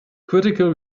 critical